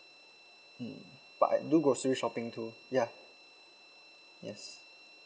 mm but I do grocery shopping too ya yes